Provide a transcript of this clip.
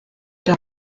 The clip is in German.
der